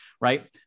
right